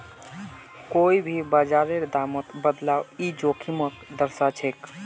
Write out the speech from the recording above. कोई भी बाजारेर दामत बदलाव ई जोखिमक दर्शाछेक